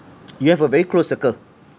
you have a very close circle